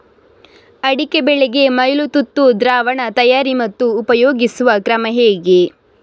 ಅಡಿಕೆ ಬೆಳೆಗೆ ಮೈಲುತುತ್ತು ದ್ರಾವಣ ತಯಾರಿ ಮತ್ತು ಉಪಯೋಗಿಸುವ ಕ್ರಮ ಹೇಗೆ?